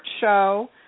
show